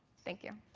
thank you.